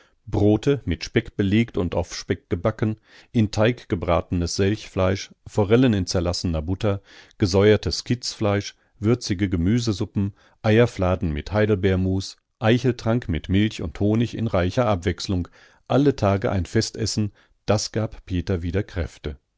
brote mit speck belegt und auf speck gebacken in teig gebratenes selchfleisch forellen in zerlassener butter gesäuertes kitzfleisch würzige gemüsesuppen eierfladen mit heidelbeermus eicheltrank mit milch und honig in reicher abwechslung alle tage ein festessen das gab peter wieder kräfte